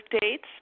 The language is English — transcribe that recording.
dates